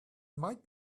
might